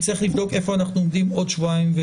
נצטרך לבדוק היכן אנחנו עומדים בעוד שבועיים-שלושה.